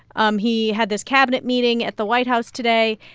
um he had this cabinet meeting at the white house today,